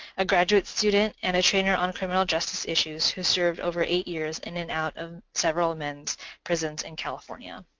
a graduate student, and a trainer on criminal justice issues who served over eight years in and out of several men's prisons in california.